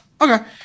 Okay